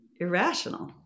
irrational